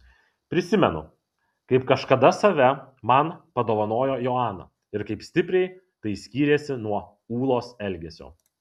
prisimenu kaip kažkada save man padovanojo joana ir kaip stipriai tai skyrėsi nuo ūlos elgesio